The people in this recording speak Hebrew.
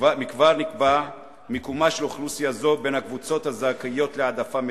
מכבר נקבע מקומה של אוכלוסייה זו בין הקבוצות הזכאיות להעדפה מתקנת.